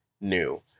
new